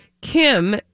Kim